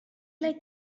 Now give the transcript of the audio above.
like